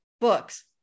books